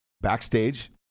backstage